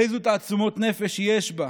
אילו תעצומות נפש יש בה,